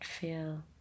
feel